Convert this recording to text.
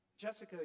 Jessica